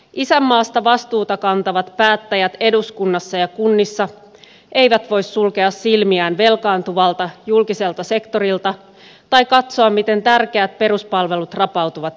isänmaasta vastuuta kantavat päättäjät eduskunnassa ja kunnissa eivät voi sulkea silmiään velkaantuvalta julkiselta sektorilta tai katsoa miten tärkeät peruspalvelut rapautuvat hiljalleen